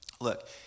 look